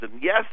yes